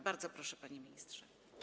Bardzo proszę, panie ministrze.